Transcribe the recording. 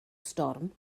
storm